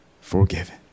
forgiven